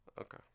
Okay